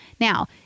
Now